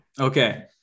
Okay